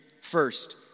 First